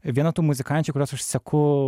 viena tų muzikančių kurios aš seku